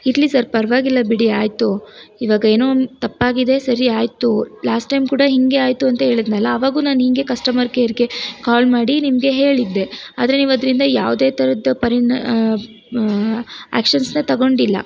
ಇರಲಿ ಸರ್ ಪರವಾಗಿಲ್ಲ ಬಿಡಿ ಆಯಿತು ಇವಾಗ ಏನೋ ಒಂದು ತಪ್ಪಾಗಿದೆ ಸರಿ ಆಯಿತು ಲಾಸ್ಟ್ ಟೈಮ್ ಕೂಡ ಹೀಗೆ ಆಯಿತು ಅಂತ ಹೇಳದ್ನಲ ಅವಾಗೂ ನಾನು ಹೀಗೆ ಕಸ್ಟಮರ್ ಕೇರ್ಗೆ ಕಾಲ್ ಮಾಡಿ ನಿಮಗೆ ಹೇಳಿದ್ದೆ ಆದರೆ ನೀವು ಅದರಿಂದ ಯಾವುದೇ ಥರದ ಪರಿಣ ಆ್ಯಕ್ಷನ್ಸ್ನ ತೊಗೊಂಡಿಲ್ಲ